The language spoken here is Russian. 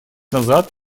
назад